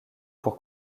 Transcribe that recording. pour